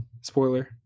Spoiler